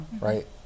right